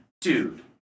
dude